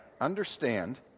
understand